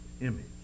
image